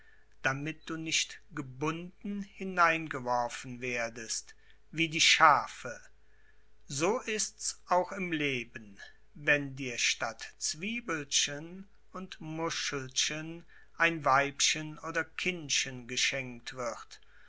damit du nicht gebunden hineingeworfen werdest wie die schafe so ist's auch im leben wenn dir statt zwiebelchen und muschelchen ein weibchen oder kindchen geschenkt wird